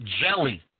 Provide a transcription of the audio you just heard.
jelly